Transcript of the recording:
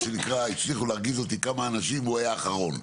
מה שנקרא הצליחו להרגיז אותי כמה אנשים הוא היה האחרון,